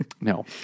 No